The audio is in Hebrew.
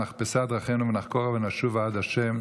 נחפשה דרכינו ונחקרה ונשובה עד ה'.